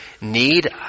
need